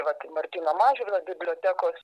vat martyno mažvydo bibliotekos